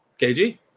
KG